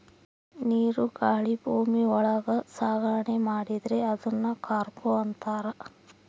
ನೀರು ಗಾಳಿ ಭೂಮಿ ಒಳಗ ಸಾಗಣೆ ಮಾಡಿದ್ರೆ ಅದುನ್ ಕಾರ್ಗೋ ಅಂತಾರ